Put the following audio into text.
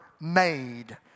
made